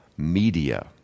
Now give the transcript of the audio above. Media